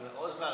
מאוד חלשה.